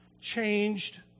changed